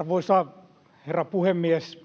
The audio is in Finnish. Arvoisa herra puhemies!